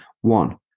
one